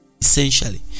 essentially